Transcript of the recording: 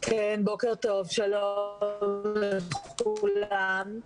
בוקר טוב, שלום לכולם.